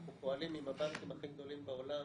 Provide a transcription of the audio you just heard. אנחנו פועלים עם הבנקים הכי גדולים בעולם,